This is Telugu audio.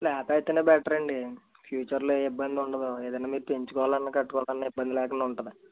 ఫ్లాట్ అయితేనే బెటర్ అండి ఫ్యూచర్లో ఏ ఇబ్బంది ఉండదు ఏదైనా మీరు పెంచుకోవాలన్నా కట్టుకోవాలన్న ఇబ్బంది లేకుండా ఉంటుంది